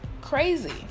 Crazy